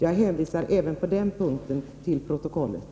Jag hänvisar också på den punkten till protokollet.